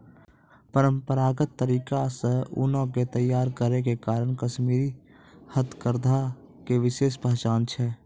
परंपरागत तरीका से ऊनो के तैय्यार करै के कारण कश्मीरी हथकरघा के विशेष पहचान छै